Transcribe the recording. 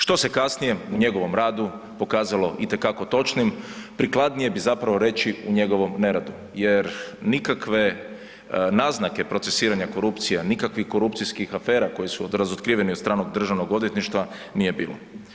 Što se kasnije u njegovom radu pokazalo itekako točnim, prikladnije bi zapravo reći u njegovom ne radu jer nikakve naznake procesuiranja korupcije, nikakvih korupcijskih afera koje su razotkrivene od strane Državnog odvjetništva nije bilo.